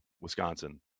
Wisconsin